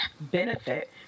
benefit